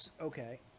Okay